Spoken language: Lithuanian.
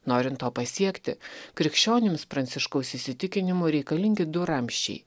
norint to pasiekti krikščionims pranciškaus įsitikinimu reikalingi du ramsčiai